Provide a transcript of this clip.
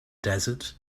desert